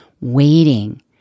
waiting